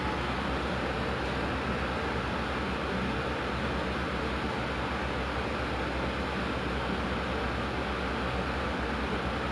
no I'm gonna do it I'm gonna prove you wrong so I did it so I dyed my hair pink so like that became like my whole theme for my second artwork